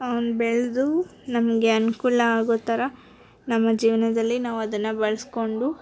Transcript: ಬೆಳೆದು ನಮಗೆ ಅನುಕೂಲ ಆಗೋ ಥರ ನಮ್ಮ ಜೀವನದಲ್ಲಿ ನಾವು ಅದನ್ನು ಬಳಸ್ಕೊಂಡು